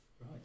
Right